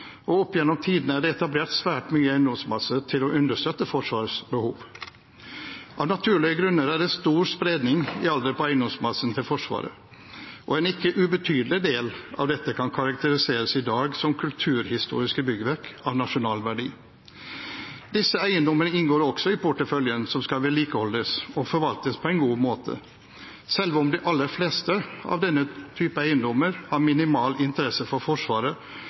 og opp gjennom tidene er det etablert svært mye eiendomsmasse til å understøtte Forsvarets behov. Av naturlige grunner er det stor spredning i alder på eiendomsmassen til Forsvaret, og en ikke ubetydelig del av dette kan i dag karakteriseres som kulturhistoriske byggverk av nasjonal verdi. Disse eiendommene inngår også i porteføljen som skal vedlikeholdes og forvaltes på en god måte, selv om de aller fleste av denne type eiendommer har minimal interesse for Forsvaret